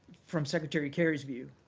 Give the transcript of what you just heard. from secretary kerry's view,